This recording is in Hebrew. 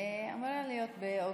אמורה להיות באוגוסט-ספטמבר.